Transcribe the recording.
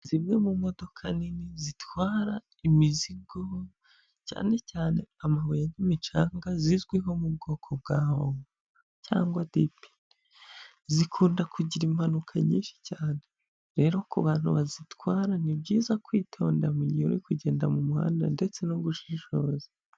Zimwe mu modoka nini zitwara imizigo cyane cyane amabuye n'imicanga zizwiho mu bwoko bwa omo cyangwa dipi. Zikunda kugira impanuka nyinshi cyane. Rero kubantu bazitwara ni byiza kwitonda mugihe uri kugenda mumuhanda ndetse no gushishoza.